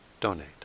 donate